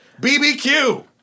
BBQ